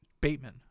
Bateman